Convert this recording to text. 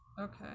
Okay